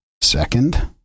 Second